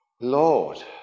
Lord